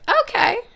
Okay